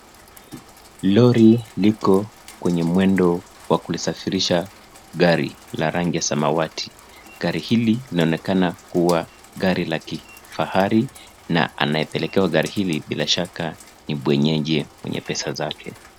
Lori liko kwenye mwendo wa kulisafirisha gari la rangi ya samawati. Gari hili linaonekana kuwa gari la kifahari na anayepelekewa gari hii bila shaka ni bwenyenye mwenye pesa zake.